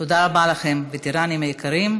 תודה רבה לכם, וטרנים יקרים.